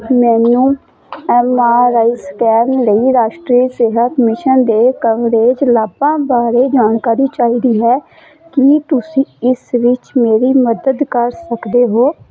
ਮੈਨੂੰ M R I scan ਲਈ ਰਾਸ਼ਟਰੀ ਸਿਹਤ ਮਿਸ਼ਨ ਦੇ ਕਵਰੇਜ ਲਾਭਾਂ ਬਾਰੇ ਜਾਣਕਾਰੀ ਚਾਹੀਦੀ ਹੈ ਕੀ ਤੁਸੀਂ ਇਸ ਵਿੱਚ ਮੇਰੀ ਮਦਦ ਕਰ ਸਕਦੇ ਹੋ